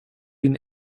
been